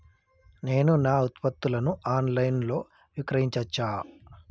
నేను నా ఉత్పత్తులను ఆన్ లైన్ లో విక్రయించచ్చా?